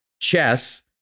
chess